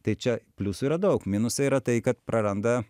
tai čia pliusų yra daug minusai yra tai kad praranda